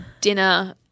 dinner